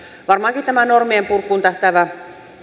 varmaankin tämä normien purkuun tähtäävä